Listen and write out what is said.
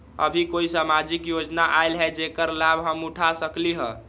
अभी कोई सामाजिक योजना आयल है जेकर लाभ हम उठा सकली ह?